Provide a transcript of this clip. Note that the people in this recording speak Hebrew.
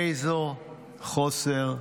איזה חוסר ההבנה.